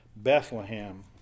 Bethlehem